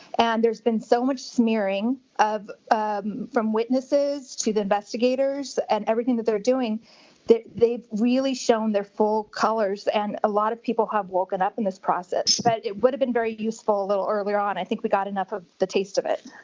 and there's been so much smearing ah from witnesses to the investigators, and everything that they're doing that they've really shown their full colors and a lot of people have woken up in this process. but it would've been very useful a little earlier on. i think we got enough of the taste of it.